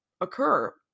occur